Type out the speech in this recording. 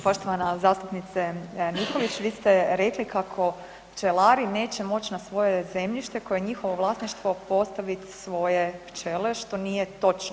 Poštovana zastupnice Nikolić, vi ste rekli kako pčelari neće moći na svoje zemljište koje je njihovo vlasništvo, postavit svoje pčele, što nije točno.